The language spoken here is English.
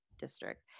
district